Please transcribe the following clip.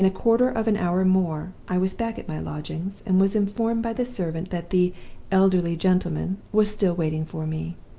in a quarter of an hour more i was back at my lodgings, and was informed by the servant that the elderly gentleman was still waiting for me.